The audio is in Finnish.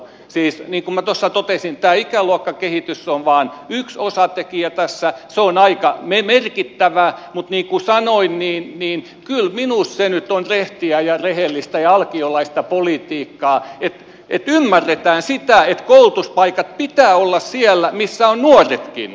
siis niin kuin minä tuossa totesin tämä ikäluokkakehitys on vain yksi osatekijä tässä se on aika merkittävä mutta niin kuin sanoin niin kyllä minusta se nyt on rehtiä ja rehellistä ja alkiolaista politiikkaa että ymmärretään sitä että koulutuspaikkojen pitää olla siellä missä ovat nuoretkin